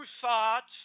thoughts